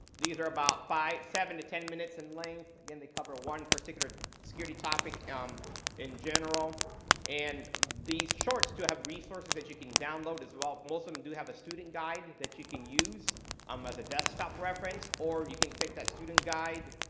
these are about seven to ten minutes in length and they cover one particular security topic um in general and these shorts do have resources that you can download as well. most of them do have a student guide that you can use um as a desktop reference or you can take that student guide,